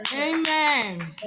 amen